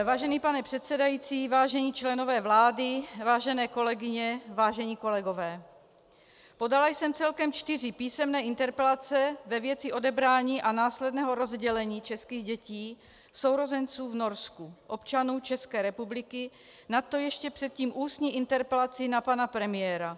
Vážený pane předsedající, vážení členové vlády, vážené kolegyně, vážení kolegové, podala jsem celkem čtyři písemné interpelace ve věci odebrání a následného rozdělení českých dětí, sourozenců, v Norsku, občanům České republiky, nadto ještě předtím ústní interpelaci na pana premiéra.